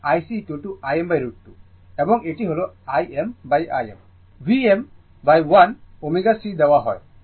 সুতরাং IC Im√ 2 এবং এটি হল ImIm কে Vm Vm1ω C দেওয়া হয়